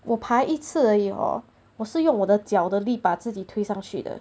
我爬一次而已 oh 我是用我的脚的力把自己推上去的